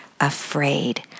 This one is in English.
afraid